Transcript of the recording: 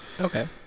okay